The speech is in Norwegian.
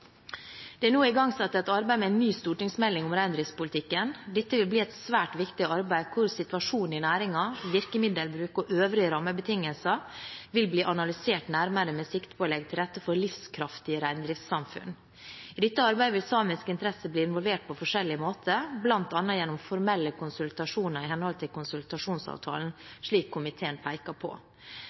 Det er nå igangsatt et arbeid med en ny stortingsmelding om reindriftspolitikken. Dette vil bli et svært viktig arbeid, hvor situasjonen i næringen, virkemiddelbruk og øvrige rammebetingelser vil bli analysert nærmere, med sikte på å legge til rette for livskraftige reindriftssamfunn. I dette arbeidet vil samiske interesser bli involvert på forskjellige måter, bl.a. gjennom formelle konsultasjoner, i henhold til konsultasjonsavtalen, som komiteen peker på.